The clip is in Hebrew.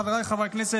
חבריי חברי הכנסת,